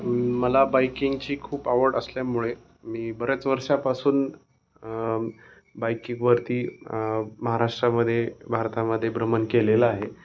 मला बाईकिंगची खूप आवड असल्यामुळे मी बऱ्याच वर्षापासून बाईकिंगवरती महाराष्ट्रामध्ये भारतामध्ये भ्रमण केलेलं आहे